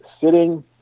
sitting